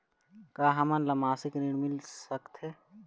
का हमन ला मासिक ऋण मिल सकथे?